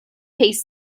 piece